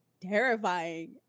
terrifying